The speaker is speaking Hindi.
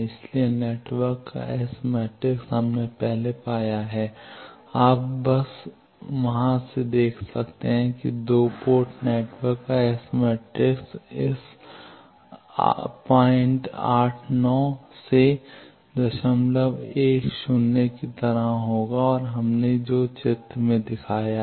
इसलिए नेटवर्क का एस मैट्रिक्स हमने पहले पाया है आप बस वहां से देख सकते हैं कि 2 पोर्ट नेटवर्क का एस मैट्रिक्स इस 089 010 की तरह होगा और हमने जो चित्र दिखाया है